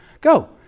Go